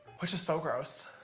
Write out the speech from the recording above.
which is so gross,